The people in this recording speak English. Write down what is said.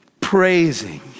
praising